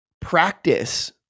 practice